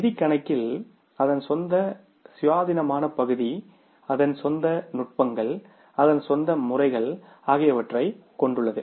நிதிக் கணக்கியல் அதன் சொந்த சுயாதீனமான பகுதி அதன் சொந்த நுட்பங்கள் அதன் சொந்த முறைகள் ஆகியவற்றைக் கொண்டுள்ளது